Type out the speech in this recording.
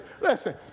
listen